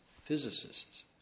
physicists